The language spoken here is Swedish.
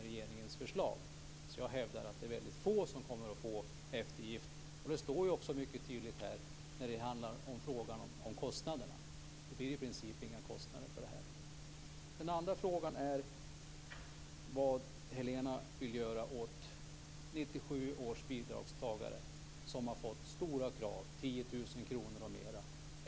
Jag hävdar alltså att det är väldigt få som kommer att få eftergift. Det står också mycket tydligt här i fråga om kostnaderna. Det blir ju i princip inga kostnader för detta. Den andra saken gäller 1997 års bidragstagare. Vad vill Helena göra åt dessa bidragstagare som har fått stora krav - 10 000 kr och mer?